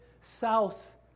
south